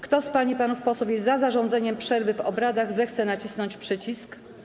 Kto z pań i panów posłów jest za zarządzeniem przerwy w obradach, zechce nacisnąć przycisk.